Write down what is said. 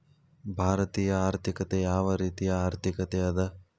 ಭಾರತೇಯ ಆರ್ಥಿಕತೆ ಯಾವ ರೇತಿಯ ಆರ್ಥಿಕತೆ ಅದ?